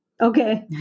Okay